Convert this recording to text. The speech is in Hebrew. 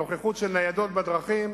הנוכחות של ניידות בדרכים,